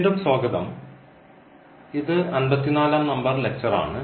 വീണ്ടും സ്വാഗതം ഇത് അൻപത്തിനാലാം നമ്പർ ലക്ച്ചർ ആണ്